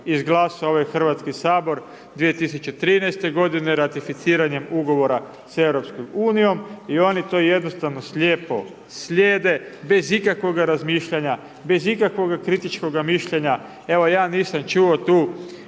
izglasao ovaj Hrvatski sabor 2013. godine ratificiranjem ugovora s EU i oni to jednostavno, slijepo slijede bez ikakvoga razmišljanja bez ikakvoga kritičkoga mišljenja, evo ja nisam čuo tu